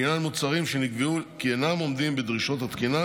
לעניין מוצרים שנקבע כי אינם עומדים בדרישות התקינה.